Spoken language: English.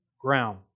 ground